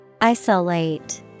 Isolate